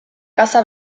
casa